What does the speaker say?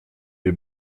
des